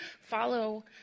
follow